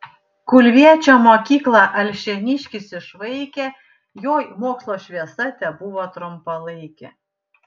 kulviečio mokyklą alšėniškis išvaikė joj mokslo šviesa tebuvo trumpalaikė